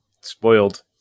spoiled